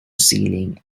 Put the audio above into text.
ceiling